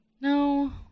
No